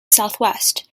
southwest